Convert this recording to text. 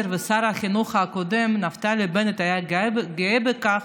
ושר החינוך הקודם נפתלי בנט היה גאה בכך,